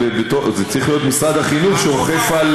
זה צריך להיות משרד החינוך שאוכף על